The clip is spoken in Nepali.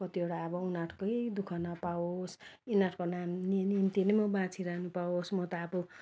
कतिवटा अब उनीहरूकै दुःख नपावेस् यिनीहरूको नाम नि निम्ति नै म बाँचिरहनु पावेस् म त अब